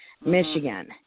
Michigan